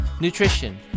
nutrition